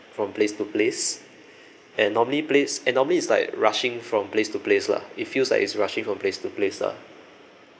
from place to place and normally place and normally it's like rushing from place to place lah it feels like it's rushing from place to place lah